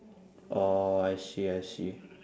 oh I see I see